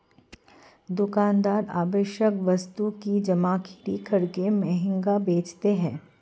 दुकानदार आवश्यक वस्तु की जमाखोरी करके महंगा बेचते है